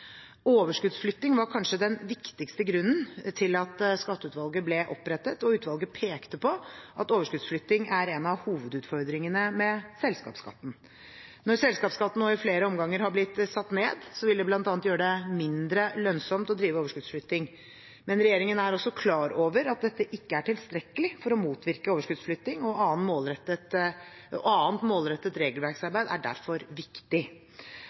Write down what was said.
Overskuddsflytting var kanskje den viktigste grunnen til at skatteutvalget ble opprettet, og utvalget pekte på at overskuddsflytting er en av hovedutfordringene med selskapsskatten. Når selskapsskatten nå i flere omganger har blitt satt ned, vil det bl.a. gjøre det mindre lønnsomt å drive overskuddsflytting. Men regjeringen er også klar over at dette ikke er tilstrekkelig for å motvirke overskuddsflytting, og annet målrettet regelverksarbeid er derfor viktig.